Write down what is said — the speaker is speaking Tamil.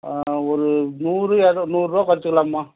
ஒரு நூறு இரு நூறுபா குறைச்சிக்கலாம்மா